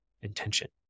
intention